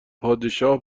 پادشاه